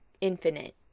infinite